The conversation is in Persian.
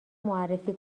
معرفی